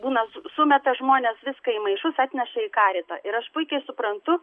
būna su sumeta žmonės viską į maišus atneša į karitą ir aš puikiai suprantu